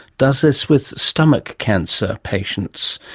does this with stomach cancer patients,